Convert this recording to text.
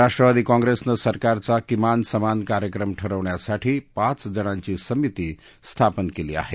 राष्ट्रवादी काँग्रेसनं सरकारचा किमान समान कार्यक्रम ठरवण्यासाठी पाच जणांची समिती स्थापन केली आहे